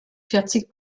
vierzig